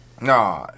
Nah